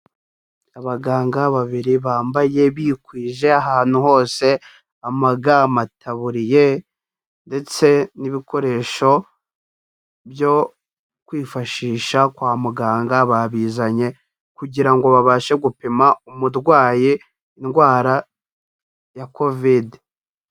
Abaganga babiri bambaye bikwije ahantu hose amaga, amataburiya ndetse n'ibikoresho byo kwifashisha kwa muganga babizanye kugira ngo babashe gupima umurwayi indwara ya Kovide.